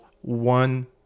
one